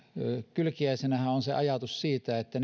kylkiäisenähän on se ajatus että